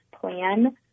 plan